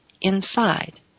inside